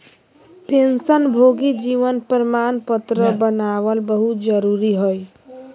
पेंशनभोगी जीवन प्रमाण पत्र बनाबल बहुत जरुरी हइ